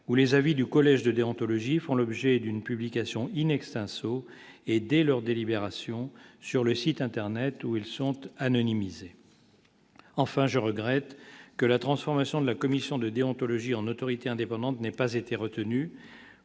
où les avis du collège de déontologie font l'objet d'une publication il n'Extenso aidés leurs délibérations sur le site internet où ils sentent anonymisés, enfin, je regrette que la transformation de la commission de déontologie en autorité indépendante n'ait pas été retenu